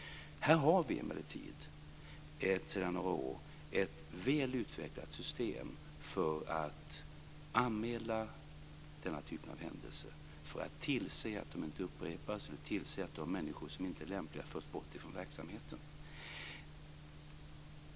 Här har vi emellertid ett sedan några år väl utvecklat system för att anmäla denna typ av händelser just för att tillse att de inte upprepas och för att tillse att de människor som inte är lämpliga förs bort från verksamheten.